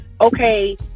okay